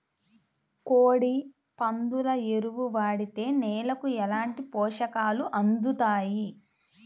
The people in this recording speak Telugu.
కోడి, పందుల ఎరువు వాడితే నేలకు ఎలాంటి పోషకాలు అందుతాయి